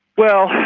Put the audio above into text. well,